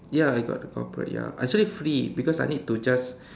ya I got the corporate ya actually free because I need to just